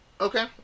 Okay